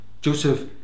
Joseph